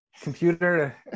computer